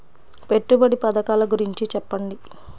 పెట్టుబడి పథకాల గురించి చెప్పండి?